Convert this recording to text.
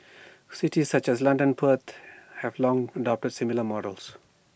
cities such as London pert have long adopted similar models